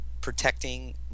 protecting